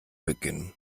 beginnen